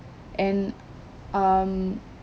and um